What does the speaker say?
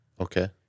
Okay